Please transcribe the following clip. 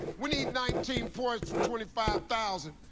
we need nineteen points for twenty five thousand